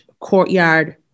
Courtyard